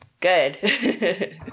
Good